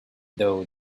though